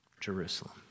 Jerusalem